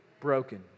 broken